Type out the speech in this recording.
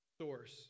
source